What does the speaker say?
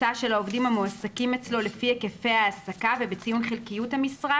הממוצע של העובדים המועסקים אצלו לפי היקפי העסקה ובציון חלקיות המשרה,